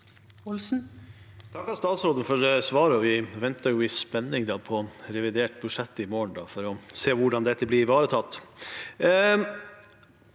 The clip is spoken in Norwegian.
takker statsråden for svaret, og vi venter i spenning på revidert budsjett til våren for å se hvordan dette blir ivaretatt.